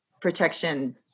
protection